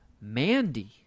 Mandy